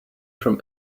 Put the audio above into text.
from